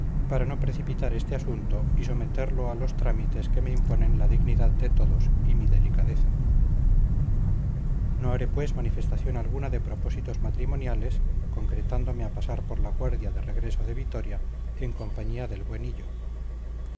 para no precipitar este asunto y someterlo a los trámites que me imponen la dignidad de todos y mi delicadeza no haré pues manifestación alguna de propósitos matrimoniales concretándome a pasar por la guardia de regreso de vitoria en compañía del